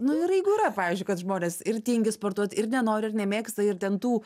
nu ir jeigu yra pavyzdžiui kad žmonės ir tingi sportuot ir nenori ir nemėgsta ir ten tų